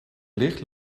licht